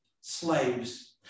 Slaves